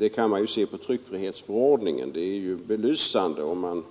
När det gäller tryckfrihetsförordningen är det belysande att